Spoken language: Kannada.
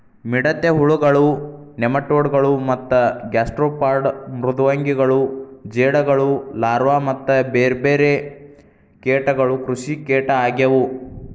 ಮಿಡತೆ ಹುಳಗಳು, ನೆಮಟೋಡ್ ಗಳು ಮತ್ತ ಗ್ಯಾಸ್ಟ್ರೋಪಾಡ್ ಮೃದ್ವಂಗಿಗಳು ಜೇಡಗಳು ಲಾರ್ವಾ ಮತ್ತ ಬೇರ್ಬೇರೆ ಕೇಟಗಳು ಕೃಷಿಕೇಟ ಆಗ್ಯವು